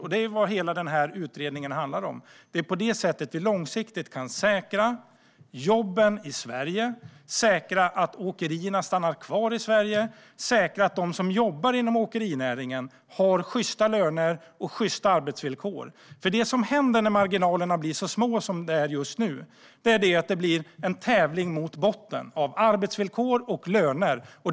Hela den här utredningen handlar om att långsiktigt säkra jobben i Sverige, säkra att åkerierna stannar kvar i Sverige och säkra att de som jobbar inom åkerinäringen har sjysta löner och sjysta arbetsvillkor. Det som händer när marginalerna är så små som de är just nu är att det blir en tävling ned mot botten om arbetsvillkor och löner.